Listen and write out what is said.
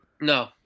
No